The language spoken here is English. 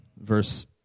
verse